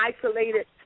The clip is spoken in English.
isolated